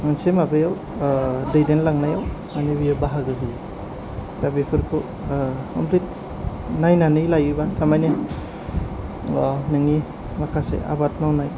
मोनसे माबायाव दैदेनलांनायाव माने बियो बाहागो होयो दा बिफोरखौ कमप्लिट नायनानै लायोबा थारमाने नोंनि माखासे आबाद मावनाय